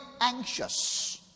anxious